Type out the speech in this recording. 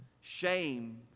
shame